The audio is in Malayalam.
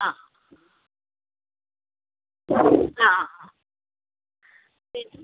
ആ ആ പിന്നെ